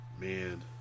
man